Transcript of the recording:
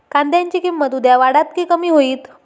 कांद्याची किंमत उद्या वाढात की कमी होईत?